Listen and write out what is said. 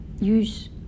use